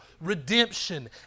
redemption